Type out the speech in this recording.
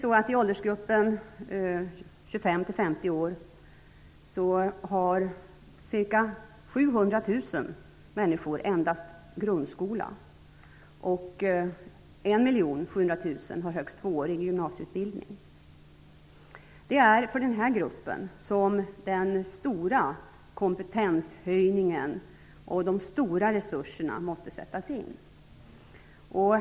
I åldersgruppen 25--50 år har ca 700 000 människor endast grundskola, och ca Det är i denna grupp som den stora kompetenshöjningen och de stora resurserna måste sättas in.